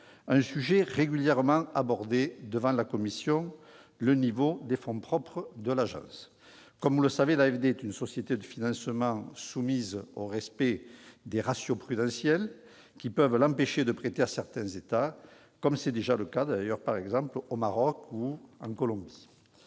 un sujet régulièrement abordé devant la commission : le niveau des fonds propres de l'Agence. Comme vous le savez, l'AFD est une société de financement, soumise au respect des ratios prudentiels, qui peuvent l'empêcher de prêter à certains États, comme c'est déjà le cas aujourd'hui, par exemple au Maroc ou en Colombie.